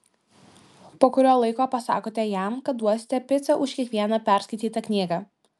po kurio laiko pasakote jam kad duosite picą už kiekvieną perskaitytą knygą